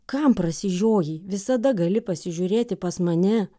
kam prasižiojai visada gali pasižiūrėti pas mane